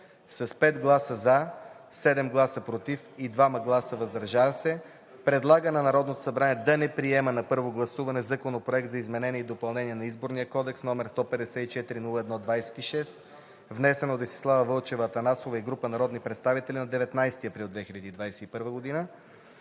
с 5 гласа „за“, 7 гласа „против“ и 2 гласа „въздържал се“ предлага на Народното събрание да не приеме на първо гласуване Законопроект за изменение и допълнение на Изборния кодекс, № 154-01-26, внесен от Десислава Вълчева Атанасова и група народни представители на 19 април 2021 г.;